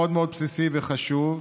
מאוד מאוד בסיסי וחשוב: